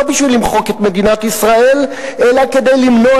לא כדי למחוק את מדינת ישראל אלא כדי למנוע